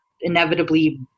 inevitably